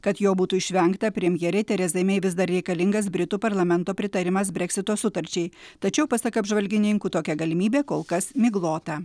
kad jo būtų išvengta premjerei terezai mei vis dar reikalingas britų parlamento pritarimas breksito sutarčiai tačiau pasak apžvalgininkų tokia galimybė kol kas miglota